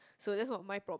so that's not my problem